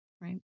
Right